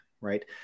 right